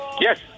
Yes